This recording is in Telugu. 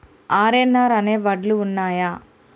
ఆర్.ఎన్.ఆర్ అనే వడ్లు ఉన్నయా?